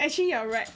actually you're right